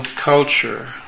culture